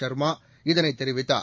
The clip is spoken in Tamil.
சர்மா இதனை தெரிவித்தார்